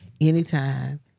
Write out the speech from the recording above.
anytime